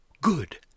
Good